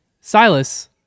Silas